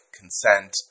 consent